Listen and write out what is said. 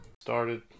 started